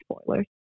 spoilers